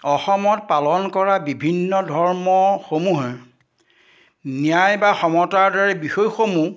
অসমত পালন কৰা বিভিন্ন ধৰ্মসমূহে ন্যায় বা সমতাৰ দৰে বিষয়সমূহ